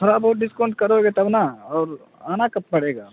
تھوڑا بہت ڈسکاؤنٹ کرو گے تب نا اور آنا کب پڑے گا